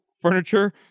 furniture